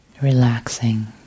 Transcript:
Relaxing